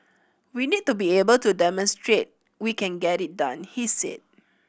we need to be able to demonstrate we can get it done he said